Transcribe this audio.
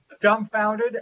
dumbfounded